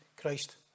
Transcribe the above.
Christ